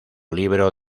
libro